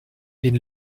den